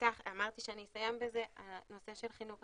אמרתי שאסיים בזה, בנושא של חינוך.